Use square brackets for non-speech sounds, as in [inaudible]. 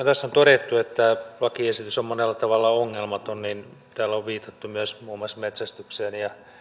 [unintelligible] tässä on todettu että lakiesitys on monella tavalla ongelmaton niin täällä on viitattu myös muun muassa metsästykseen ja